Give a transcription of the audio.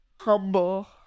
humble